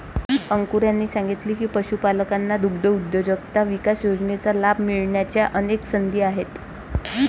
अंकुर यांनी सांगितले की, पशुपालकांना दुग्धउद्योजकता विकास योजनेचा लाभ मिळण्याच्या अनेक संधी आहेत